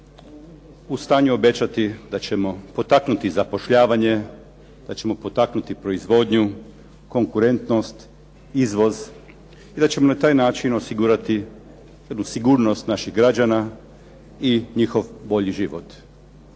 u stanju obećati da ćemo potaknuti zapošljavanje, da ćemo potaknuti proizvodnju, konkurentnost, izvoz i da ćemo na taj način osigurati jednu sigurnost naših građana i njihov bolji život.